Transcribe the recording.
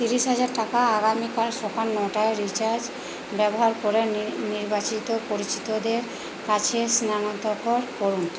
তিরিশ হাজার টাকা আগামীকাল সকাল নটায় রিচার্জ ব্যবহার করে নির্বাচিত পরিচিতদের কাছে স্থানান্তর করুন